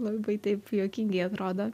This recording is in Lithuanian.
labai taip juokingai atrodo